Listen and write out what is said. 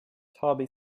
toby